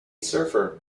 surfer